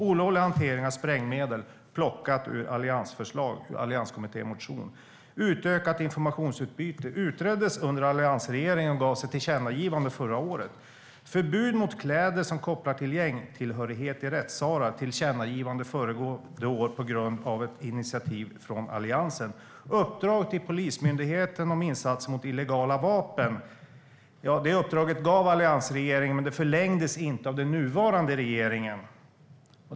Olovlig hantering av sprängmedel är plockat ur ett alliansförslag ur en allianskommittémotion. Utökat informationsutbyte utreddes under alliansregeringen, och förra året gavs ett tillkännagivande. Förbud mot kläder som kopplar till gängtillhörlighet i rättssalar är ett tillkännagivande föregående år tack vare ett initiativ från Alliansen. Ett uppdrag till Polismyndigheten om insatser mot illegala vapen gavs av alliansregeringen men förlängdes inte av den nuvarande regeringen.